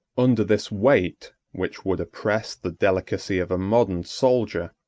under this weight, which would oppress the delicacy of a modern soldier,